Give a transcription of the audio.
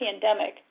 pandemic